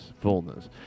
fullness